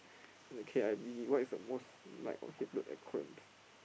okay I busy what is the most like hated acronyms